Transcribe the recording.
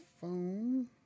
phone